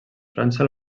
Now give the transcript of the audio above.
frança